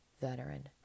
veteran